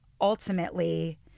Ultimately